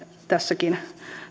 tässäkin